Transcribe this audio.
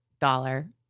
dollar